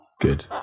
Good